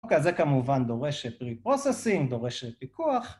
אוקיי, זה כמובן דורש של pre-processing, דורש של פיקוח.